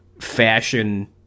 fashion